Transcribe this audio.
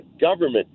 government